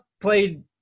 played